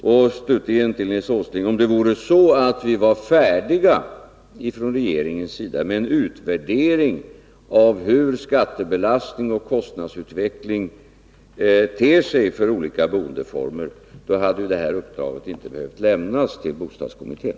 Slutligen vill jag säga till Nils Åsling att om det vore så att vi var färdiga från regeringens sida med en utvärdering av hur skattebelastning och kostnadsutveckling ter sig för olika boendeformer, hade detta uppdrag inte behövt lämnas till bostadskommittén.